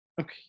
okay